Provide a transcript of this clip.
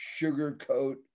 sugarcoat